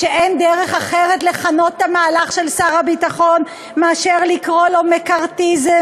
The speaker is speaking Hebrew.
שאין דרך אחרת לכנות את המהלך של שר הביטחון מאשר לקרוא לו מקארתיזם,